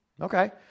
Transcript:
Okay